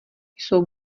jsou